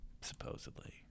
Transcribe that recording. supposedly